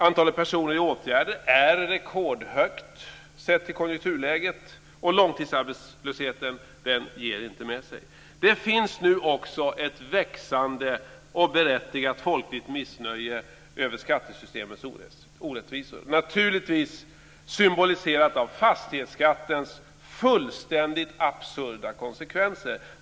Antalet personer i åtgärder är rekordhögt sett till konjunkturläget, och långtidsarbetslösheten ger inte med sig. Det finns nu också ett växande och berättigat folkligt missnöje över skattesystemets orättvisor, naturligtvis symboliserat av fastighetsskattens fullständigt absurda konsekvenser.